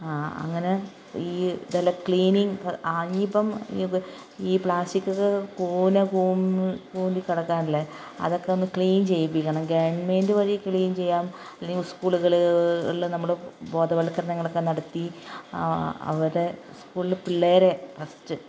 ആ അങ്ങനെ ഈ തെല്ല ക്ലീനിങ് ആ ഇനിയിപ്പം ഇത് ഈ പ്ലാസ്റ്റിക്ക് കൂന കൂ കൂടി കിടക്കാല്ലെ അതൊക്കെയൊന്ന് ക്ലീൻ ചെയ്യിപ്പിക്കണം ഗവൺമെൻറ്റ് വഴി ക്ലീൻ ചെയ്യാം എല്ലെ ഉസ്കൂളുകളിൽ നമ്മൾ ബോധവത്ക്കരണങ്ങളൊക്കെ നടത്തി അവരെ സ്കൂളിൽ പിള്ളേരെ ഫസ്റ്റ്